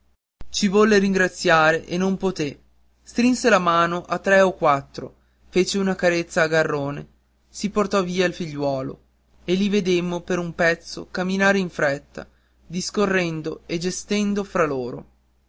ci volle ringraziare e non poté strinse la mano a tre o quattro fece una carezza a garrone si portò via il figliuolo e li vedemmo per un pezzo camminare in fretta discorrendo e gestendo fra loro